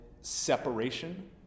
separation